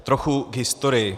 Trochu k historii.